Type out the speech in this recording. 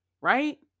right